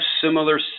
similar